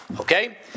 Okay